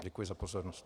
Děkuji za pozornost.